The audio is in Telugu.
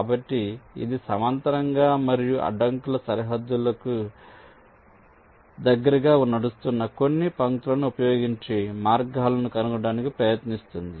కాబట్టి ఇది సమాంతరంగా మరియు అడ్డంకుల సరిహద్దులకు దగ్గరగా నడుస్తున్న కొన్ని పంక్తులను ఉపయోగించి మార్గాలను కనుగొనటానికి ప్రయత్నిస్తుంది